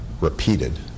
repeated